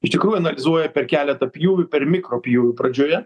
iš tikrųjų analizuoja per keletą pjūvių per mikropjūvių pradžioje